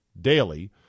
Daily